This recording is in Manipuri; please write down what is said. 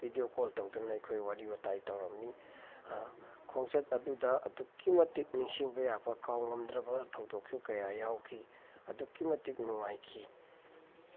ꯚꯤꯗꯤꯑꯣ ꯀꯣꯜ ꯇꯧꯗꯨꯅ ꯑꯩꯈꯣꯏ ꯋꯥꯔꯤ ꯋꯥꯇꯥꯏ ꯇꯧꯔꯝꯃꯤ ꯈꯣꯡꯆꯠ ꯑꯗꯨꯗ ꯑꯗꯨꯛꯀꯤ ꯃꯇꯤꯛ ꯅꯤꯡꯁꯤꯡꯕ ꯌꯥꯕ ꯀꯥꯎꯉꯝꯗ꯭ꯔꯕ ꯊꯧꯗꯣꯛꯁꯨ ꯀꯌꯥ ꯌꯥꯎꯈꯤ ꯑꯗꯨꯛꯀꯤ ꯃꯇꯤꯛ ꯅꯨꯡꯉꯥꯏꯈꯤ